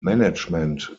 management